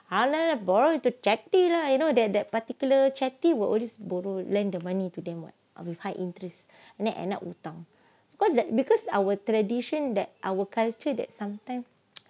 ah lie lah borrow the chetty lah you know that that particular chetty will always just borrow lend the money to them what um high interest and then end up hutang because because our tradition that our culture that sometime